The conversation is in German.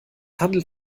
handelt